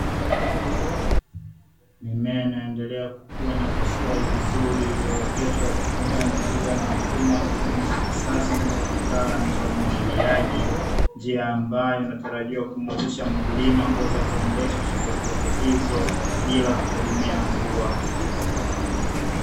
Mimea inayoendelea kukua na kustawi vizuri iliyooteshwa kutumia njia na mfumo wa kilimo cha kisasa na cha kitaalam cha umwagiliaji, njia ambayo inatarajiwa kumwezesha mkulima kuweza kuendesha shughuli zake hizo bila kutegemea mvua.